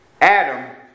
Adam